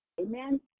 Amen